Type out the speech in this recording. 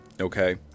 Okay